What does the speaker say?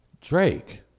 Drake